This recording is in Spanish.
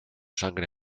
sangre